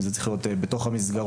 זה צריך להיות בתוך המסגרות,